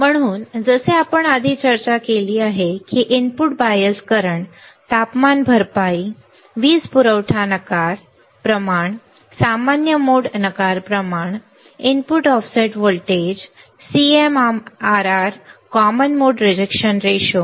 म्हणून जसे आपण आधी चर्चा केली आहे की इनपुट बायस करंट तापमान भरपाई वीज पुरवठा नकार प्रमाण सामान्य मोड नकार प्रमाण input offset voltage CMRR common mode rejection ratio